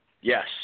Yes